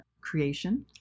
creation